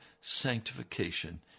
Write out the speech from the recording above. sanctification